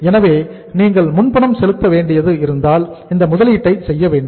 எனவே நீங்கள் முன்பணம் செலுத்த வேண்டியது இருந்தால் இந்த முதலீட்டை செய்ய வேண்டும்